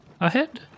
ahead